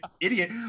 idiot